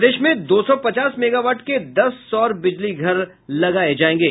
प्रदेश में दो सौ पचास मेगावाट के दस सौर बिजली घर लगाये जायेंगे